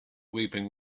weeping